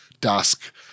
dusk